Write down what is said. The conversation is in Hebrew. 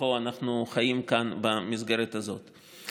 שבתוכו אנחנו חיים כאן במסגרת הזאת.